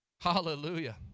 Hallelujah